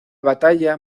batalla